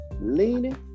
leaning